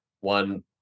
one